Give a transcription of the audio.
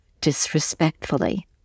disrespectfully